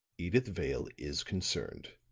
edyth vale is concerned.